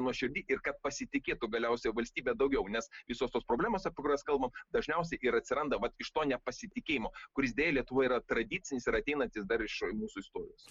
nuoširdi ir kad pasitikėtų galiausiai valstybe daugiau nes visos tos problemos apie kurias kalbam dažniausiai ir atsiranda vat iš to nepasitikėjimo kuris deja lietuvoje yra tradicinis ir ateinantis dar iš mūsų istorijos